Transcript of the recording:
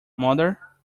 mother